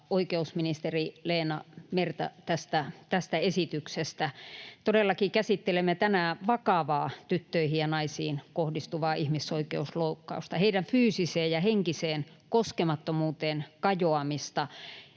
oikeusministeri Leena Merta tästä esityksestä. Todellakin käsittelemme tänään vakavaa tyttöihin ja naisiin kohdistuvaa ihmisoikeusloukkausta, heidän fyysiseen ja henkiseen koskemattomuuteensa kajoamista,